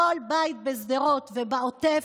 כל בית בשדרות ובעוטף,